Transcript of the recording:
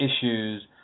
issues